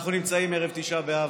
אנחנו נמצאים ערב תשעה באב,